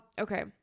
okay